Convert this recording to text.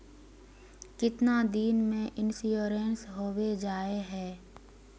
कीतना दिन में इंश्योरेंस होबे जाए है?